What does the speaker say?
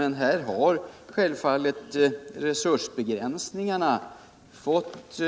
Självfallet har dock resursbegränsningarna här fått